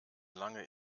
lange